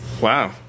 Wow